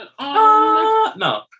No